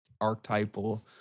archetypal